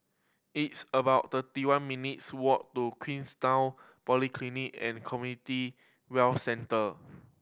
it's about thirty one minutes' walk to Queenstown Polyclinic and Community Well Centre